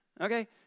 okay